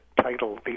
title